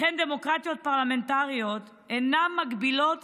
לכן דמוקרטיות פרלמנטריות אינן מגבילות